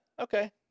Okay